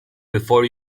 before